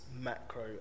macro